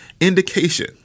indication